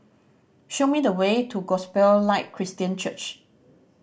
show me the way to Gospel Light Christian Church